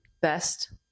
best